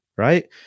right